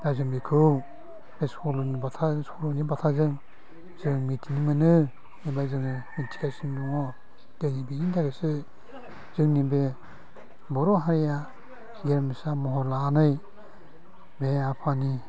दा जों बेखौ बे सल'बाथा सल'नि बाथाजों जों मिथिनो मोनो ओमफ्राय जोङो मिथिबोगासिनो दङ जोङो बिनि दारैसो जोंनि बे बर' हारिया गेरेमसा महर लानानै बे आफानि